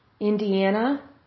Indiana